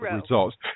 results